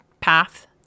path